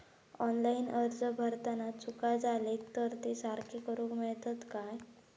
Online अर्ज भरताना चुका जाले तर ते सारके करुक मेळतत काय?